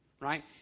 Right